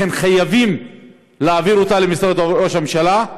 לכן, חייבים להעביר אותה למשרד ראש הממשלה.